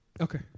Okay